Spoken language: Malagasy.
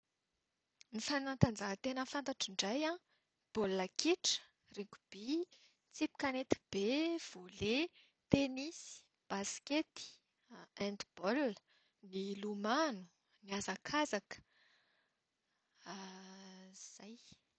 Ny fanatanjahantena fantatro indray an, baolina kitra, ringoby, tsipy kanety be, voley, tenisy, basikety, handball, ny lomano, ny hazakazaka. Izay.